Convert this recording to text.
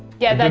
yeah, that